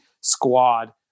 squad